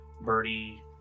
Birdie